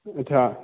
अछा